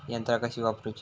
यंत्रा कशी वापरूची?